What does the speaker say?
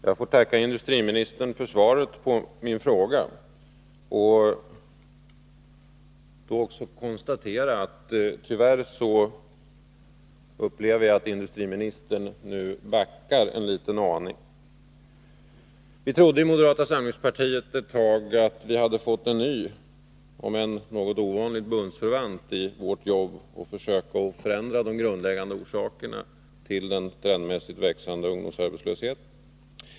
Herr talman! Jag får tacka industriministern för svaret på min fråga och samtidigt konstatera att industriministern nu tyvärr backar en aning. Vi trodde ett tag i moderata samlingspartiet att vi hade fått en ny om än något ovanlig bundsförvant i vårt jobb med att försöka komma till rätta med de grundläggande orsakerna till den trendmässigt växande ungdomsarbetslösheten.